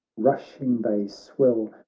rushing they swell,